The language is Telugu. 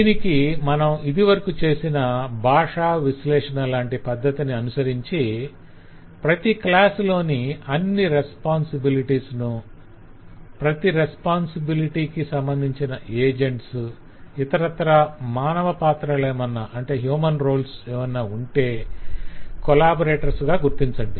దీనికి మనం ఇదివరకు చేసిన భాషావిశ్లేషణ లాంటి పద్ధతిని అనుసరించి ప్రతి క్లాసు లోని అన్ని రెస్పొంసిబిలిటీస్ ను ప్రతి రెస్పొంసిబిలిటికి సంబధించిన ఏజెంట్స్ ఇతరత్రా మానవ పాత్రలేమన్న ఉంటె కొలాబరేటర్స్ గా గుర్తించండి